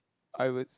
I would